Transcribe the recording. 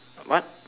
what